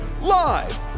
Live